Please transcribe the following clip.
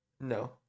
no